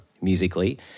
musically